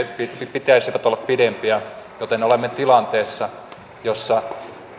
pitäisi olla pitempiä joten olemme tilanteessa jossa